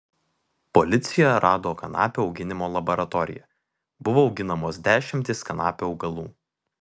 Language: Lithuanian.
policija rado kanapių auginimo laboratoriją buvo auginamos dešimtys kanapių augalų